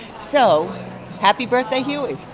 so happy birthday, huey